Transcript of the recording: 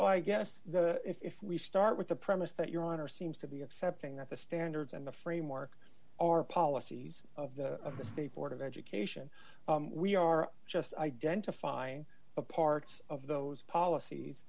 i guess if we start with the premise that your honor seems to be accepting that the standards and the framework are policies of the of the state board of education we are just identifying a part of those policies